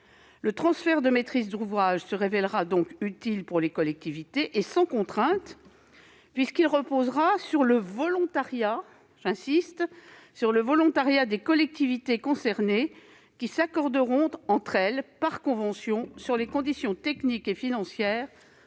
Le transfert de maîtrise d'ouvrage se révélera donc utile pour les collectivités et sans contrainte, puisqu'il reposera sur le volontariat, j'y insiste, des collectivités concernées, qui s'accorderont entre elles, par convention, sur les conditions techniques et financières